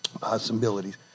possibilities